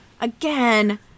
again